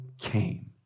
came